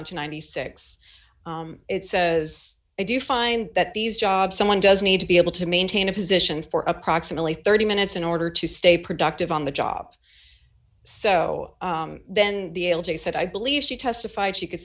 on to ninety six it says i do find that these job someone does need to be able to maintain a position for approximately thirty minutes in order to stay productive on the job so then said i believe she testified she could